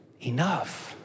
enough